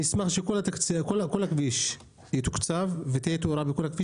אני אשמח שכל הכביש יתוקצב ושתהיה תאורה בכולו,